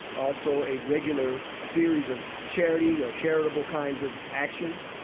also, a regular series of charity or charitable kinds of actions.